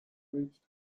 reached